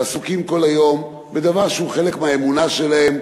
ועסוקים כל היום בדבר שהוא חלק מהאמונה שלהם,